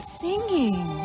singing